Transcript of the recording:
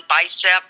bicep